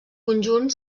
conjunt